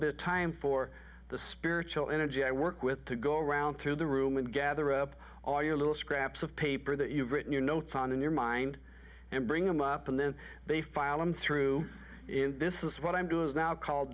bit time for the spiritual energy i work with to go around through the room and gather up all your little scraps of paper that you've written your notes on in your mind and bring them up and then they file them through it and this is what i'm doing is now called